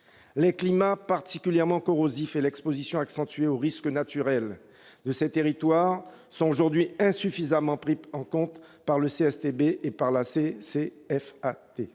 Les climats particulièrement corrosifs et l'exposition accentuée aux risques naturels de ces territoires sont aujourd'hui insuffisamment pris en considération par le CSTB et la CCFAT.